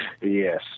Yes